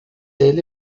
ele